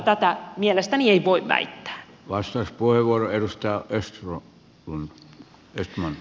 tätä mielestäni ei voi väittää